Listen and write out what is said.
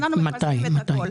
אנחנו מפרסמים את הכול.